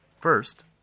First